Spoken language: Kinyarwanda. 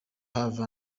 have